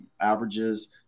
averages